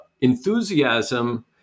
enthusiasm